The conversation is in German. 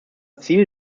ziel